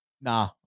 nah